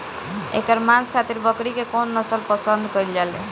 एकर मांस खातिर बकरी के कौन नस्ल पसंद कईल जाले?